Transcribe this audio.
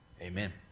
Amen